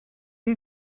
you